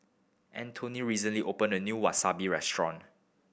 Antoine recently opened a new Wasabi Restaurant